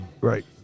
right